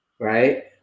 Right